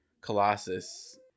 Colossus